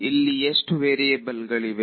ಇಲ್ಲಿ ಎಷ್ಟು ವೇರಿಯಬಲ್ ಗಳು ಇವೆ